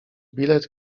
bilet